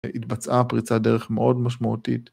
‫התבצעה פריצת דרך מאוד משמעותית.